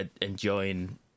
enjoying